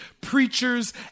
preachers